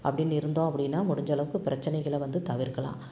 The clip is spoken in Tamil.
அப்படின்னு இருந்தோம் அப்படின்னா முடிஞ்சளவுக்கு பிரச்சனைகளை வந்து தவிர்க்கலாம்